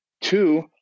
Two